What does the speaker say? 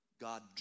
God